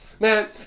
Man